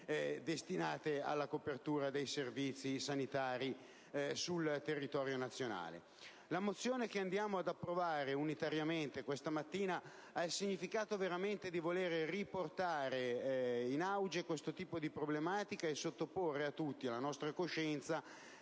La mozione che ci accingiamo ad approvare unitariamente questa mattina ha il significato di voler riportare in auge questo tipo di problematica e di volerla sottoporre alla nostra coscienza.